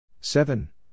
Seven